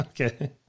Okay